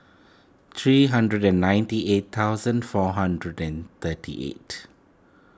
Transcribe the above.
three hundred and ninety eight thousand four hundred and thirty eight